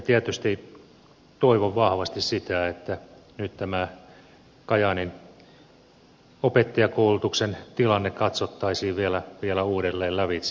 tietysti toivon vahvasti sitä että nyt kajaanin opettajankoulutuksen tilanne katsottaisiin vielä uudelleen lävitse